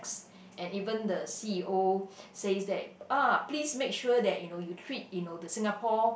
and even the c_e_o says that !ah! please make sure that you know you treat you know the Singapore